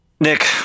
Nick